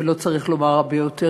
ולא צריך לומר הרבה יותר,